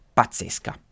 pazzesca